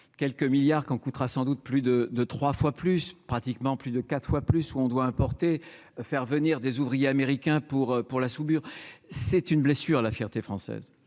quelques milliards quand coûtera sans doute plus de deux 3 fois plus pratiquement plus de 4 fois plus, où on doit apporter, faire venir des ouvriers américains pour pour la soudure, c'est une blessure la fierté française,